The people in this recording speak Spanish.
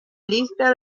lista